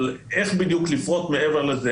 אבל איך בדיוק לפרוט מעבר לזה